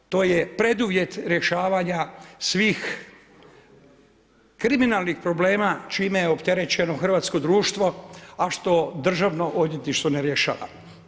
To je preduvjet rješavanja svih kriminalnih problema čime je opterećeno hrvatsko društvo, a što Državno odvjetništvo ne rješava.